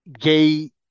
gay